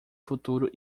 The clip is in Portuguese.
futuro